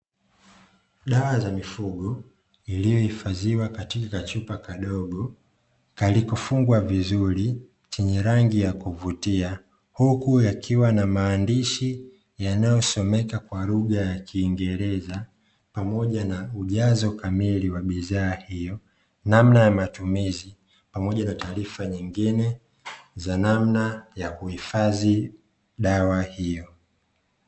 Dawa za mifugo iliyohifadhiwa katika kachupa kadogo kaliko fungwa vizuri chenye rangi ya kuvutia, huku yakiwa na maandishi yanayosomeka kwa lugha ya kiingereza pamoja na ujazo kamili wa bidhaa hio, namna ya matumizi pamoja na taarifa nyingine za namna ya kuhifadhi dawa hio.